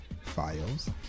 Files